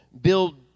build